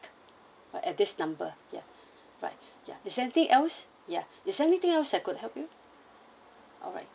at this number yeah right ya is there anything else ya is there anything else I could help you alright